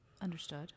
Understood